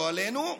לא עלינו,